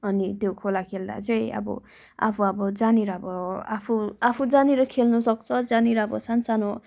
अनि त्यो खोला खेल्दा चाहिँ अब आफू अब जहाँनिर अब आफू आफू जहाँनिर खेल्नु सक्छ जहाँनिर अब सानो सानो